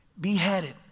beheaded